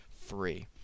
free